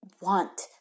want